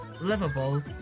livable